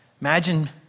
Imagine